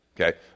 okay